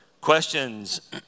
Questions